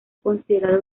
considerada